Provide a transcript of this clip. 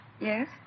Yes